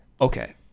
okay